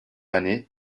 année